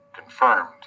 confirmed